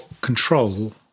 control